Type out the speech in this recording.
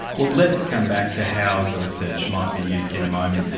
well, let's come back to how the research might be used in a moment.